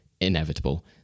inevitable